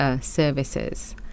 services